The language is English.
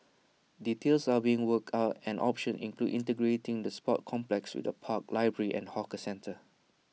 details are being worked out and options include integrating the sports complex with A park library and hawker centre